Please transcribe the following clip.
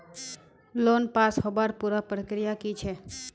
Loan pass होबार पुरा प्रक्रिया की छे?